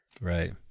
Right